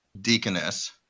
Deaconess